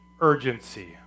urgency